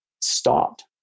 stopped